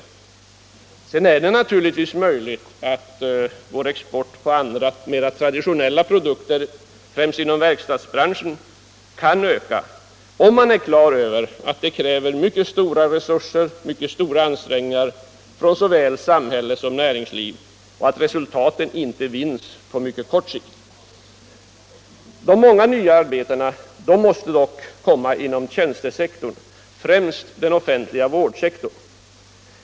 Sedan är Allmänpolitisk debatt Allmänpolitisk debatt det naturligtvis möjligt att öka vår export av traditionella produkter, främst inom verkstadsbranschen, om man är klar över att det krävs mycket stora resurser och ansträngningar av såväl samhälle som näringsliv och att resultaten inte vinns på mycket kort sikt. De många nya arbetena måste dock komma till stånd inom tjänstesektorn, främst inom den offentliga vårdsektorn.